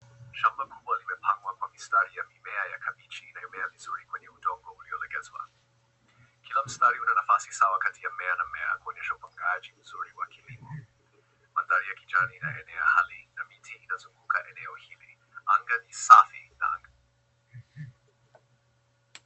Shamba kubwa limepandwa kwa mistari ya mimea ya kabichi inayomea vizuri kwenye udongo uliolegezwa. Kila mstari una nafasi sawa kati ya mmea na mmea kuonyesha upangaji mzuri wa kilimo. Mandhari ya kijani inaenea hali na miti inazungukwa eneo hili. Anga ni safi sana.